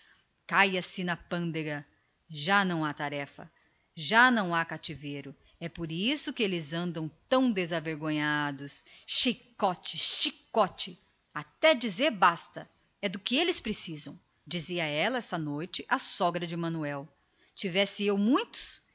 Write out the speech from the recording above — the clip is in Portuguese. caia se na pândega já não há tarefa já não há cativeiro é por isso que eles andam tão descarados chicote chicote até dizer basta que é do que eles precisam tivesse eu muitos